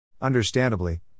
Understandably